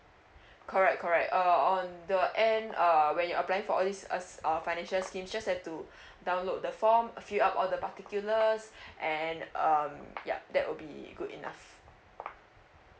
correct correct uh on the end uh when you applying for all these ass~ uh financial scheme just have to download the form fill up all the particulars and um yup that will be good enough